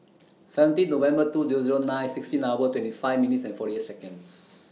seventeen November two Zero Zero nine sixteen hours twenty five minutes and forty eight Seconds